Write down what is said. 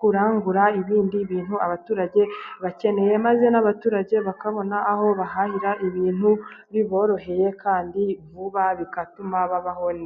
kurangura ibindi bintu abaturage bakeneye, maze n'abaturage bakabona aho bahahira ibintu biboroheye ,kandi vuba bigatuma babaho neza.